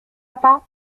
pas